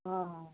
অ